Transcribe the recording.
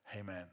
Amen